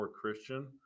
Christian